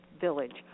village